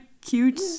cute